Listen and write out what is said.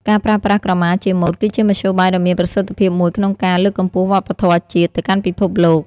ការប្រើប្រាស់ក្រមាជាម៉ូដ គឺជាមធ្យោបាយដ៏មានប្រសិទ្ធភាពមួយក្នុងការ លើកកម្ពស់វប្បធម៌ជាតិ ទៅកាន់ពិភពលោក។